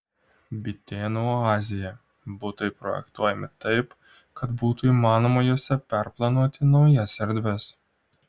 bitėnų oazėje butai projektuojami taip kad būtų įmanoma juose perplanuoti naujas erdves